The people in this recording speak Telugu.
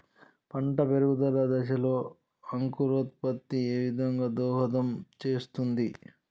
పంట పెరుగుదల దశలో అంకురోత్ఫత్తి ఏ విధంగా దోహదం చేస్తుంది?